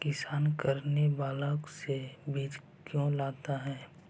किसान करने ब्लाक से बीज क्यों लाता है?